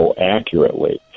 accurately